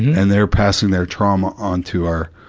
and they're passing their trauma on to our,